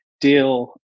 deal